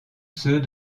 ceux